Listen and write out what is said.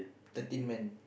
thirteen man